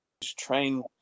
train